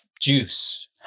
juice